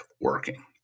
working